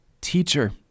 Teacher